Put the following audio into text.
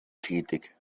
tätig